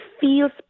feels